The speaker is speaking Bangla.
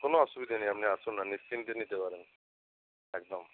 কোনো অসুবিধে নেই আপনি আসুন না নিশ্চিন্তে নিতে পারেন একদম